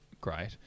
great